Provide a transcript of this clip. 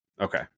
Okay